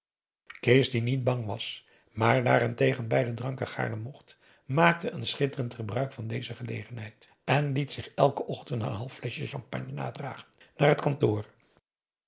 kees die niet bang was maar daarentegen beide dranken gaarne mocht maakte een schitterend gebruik van de gelegenheid en p a daum hoe hij raad van indië werd onder ps maurits liet zich elken ochtend een half fleschje champagne nadragen naar het kantoor